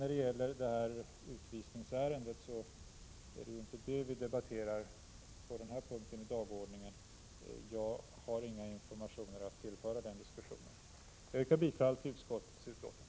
På den här punkten i dagordningen är det inte utvisningsärendet vi debatterar. Jag har inga informationer att tillföra den diskussionen. Jag yrkar bifall till utskottets hemställan.